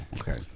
okay